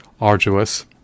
arduous